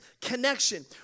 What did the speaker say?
connection